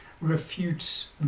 refutes